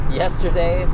yesterday